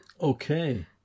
Okay